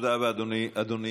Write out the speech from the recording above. תודה רבה, אדוני.